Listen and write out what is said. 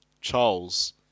Charles